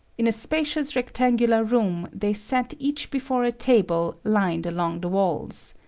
in a spacious rectangular room, they sat each before a table lined along the walls.